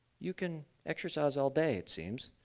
you can exercise all day it seems,